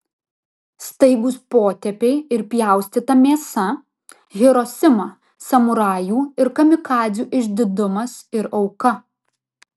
staigūs potėpiai ir pjaustyta mėsa hirosima samurajų ir kamikadzių išdidumas ir auka